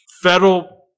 federal